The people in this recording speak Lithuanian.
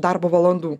darbo valandų